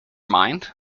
mind